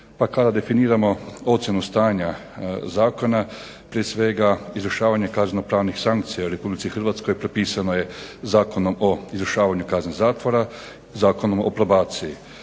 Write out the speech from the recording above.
Pa kada definiramo ocjenu stanja zakona, prije svega izvršavanje kaznenopravnih sankcija u Republici Hrvatskoj propisano je Zakonom o izvršavanju kazne zatvora Zakonom o probaciji.